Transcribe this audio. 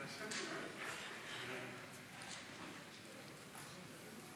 התשע"ו 2015,